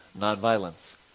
nonviolence